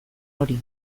hori